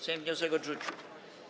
Sejm wniosek odrzucił.